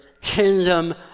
kingdom